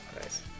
Nice